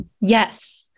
Yes